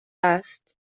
است